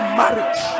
marriage